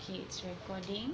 it's recording